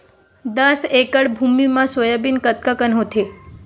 दस एकड़ भुमि म सोयाबीन कतका कन होथे?